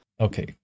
okay